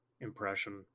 impression